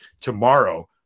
tomorrow